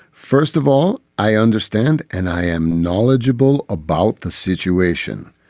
first of all, i understand and i am knowledgeable about the situation.